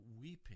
weeping